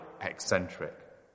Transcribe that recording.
eccentric